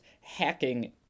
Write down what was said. hacking